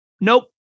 Nope